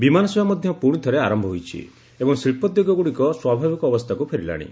ବିମାନ ସେବା ମଧ୍ୟ ପୁଣିଥରେ ଆରମ୍ଭ ହୋଇଛି ଏବଂ ଶିବ୍ଧୋଦ୍ୟଗଗୁଡ଼ିକ ସ୍ୱାଭାବିକ ଅବସ୍ଥାକୁ ଫେରିଲାଣି